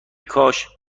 کاش